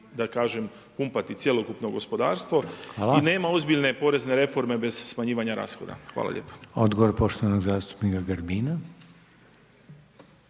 da kažem, pumpati cjelokupno gospodarstvo i nema ozbiljne porezne reforme bez smanjivanja rashoda. Hvala lijepa. **Reiner, Željko (HDZ)** Hvala.